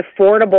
affordable